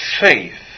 faith